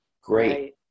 Great